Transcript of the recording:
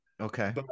okay